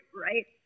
right